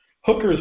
Hookers